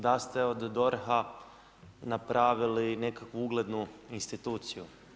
Da ste od DORH-a napravili nekakvu uglednu instituciju.